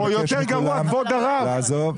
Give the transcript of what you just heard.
אני מבקש מכולם לעזוב.